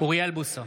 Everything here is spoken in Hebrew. אוריאל בוסו,